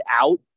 out